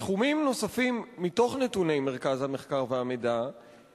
סכומים אחרים מתוך נתוני מרכז המחקר והמידע,